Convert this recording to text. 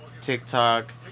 TikTok